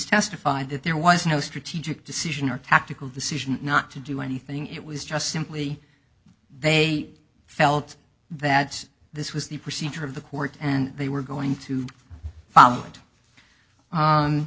testified that there was no strategic decision or tactical decision not to do anything it was just simply they felt that this was the procedure of the court and they were going to follow it